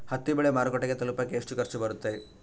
ಹತ್ತಿ ಬೆಳೆ ಮಾರುಕಟ್ಟೆಗೆ ತಲುಪಕೆ ಎಷ್ಟು ಖರ್ಚು ಬರುತ್ತೆ?